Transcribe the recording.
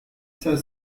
cinq